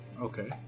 Okay